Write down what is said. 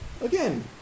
again